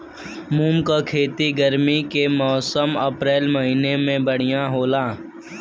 मुंग के खेती गर्मी के मौसम अप्रैल महीना में बढ़ियां होला?